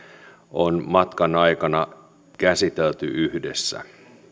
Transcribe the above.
on matkan aikana käsitelty yhdessä